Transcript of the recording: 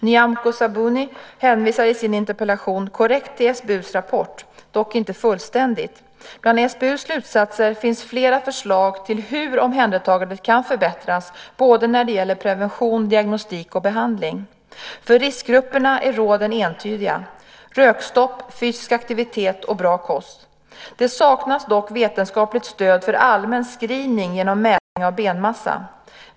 Nyamko Sabuni hänvisar i sin interpellation korrekt till SBU:s rapport, dock inte fullständigt. Bland SBU:s slutsatser finns flera förslag till hur omhändertagandet kan förbättras både när det gäller prevention, diagnostik och behandling. För riskgrupperna är råden entydiga: rökstopp, fysisk aktivitet och bra kost. Det saknas dock vetenskapligt stöd för allmän screening genom mätning av benmassa.